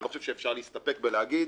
אני לא חושב שאפשר להסתפק בלהגיד: